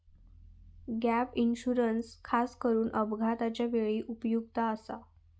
gap insurance खासकरून अपघाताच्या वेळी उपयुक्त आसा